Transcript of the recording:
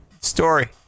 story